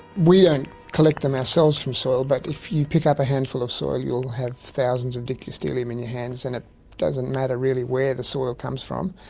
we don't and collect them ourselves from soil but if you pick up a handful of soil you've have thousands of dictyostelium in your hands and it doesn't matter really where the soil comes from.